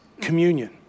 communion